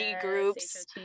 groups